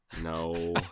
No